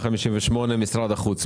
112-109, משרד החוץ.